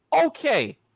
okay